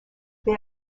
they